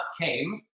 came